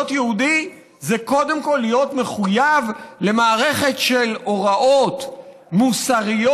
להיות יהודי זה קודם כול להיות מחויב למערכת של הוראות מוסריות.